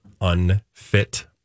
unfit